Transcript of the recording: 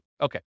Okay